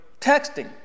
texting